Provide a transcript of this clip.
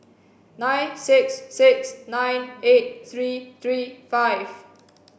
nine six six nine eight three three five